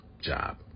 job